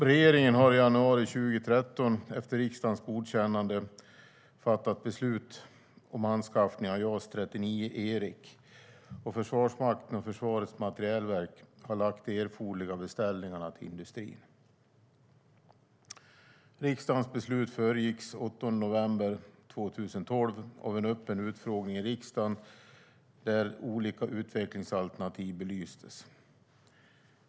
Regeringen har i januari 2013 efter riksdagens godkännande fattat beslut om anskaffning av JAS 39E, och Försvarsmakten och Försvarets materielverk har lagt de erforderliga beställningarna till industrin. Riksdagens beslut föregicks den 8 november 2012 av en öppen utfrågning i riksdagen där olika utvecklingsalternativ belystes.